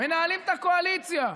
מנהלים את הקואליציה.